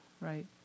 Right